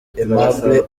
aimable